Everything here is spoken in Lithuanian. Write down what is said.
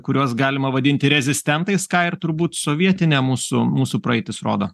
kuriuos galima vadinti rezistentais ką ir turbūt sovietinė mūsų mūsų praeitis rodo